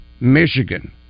Michigan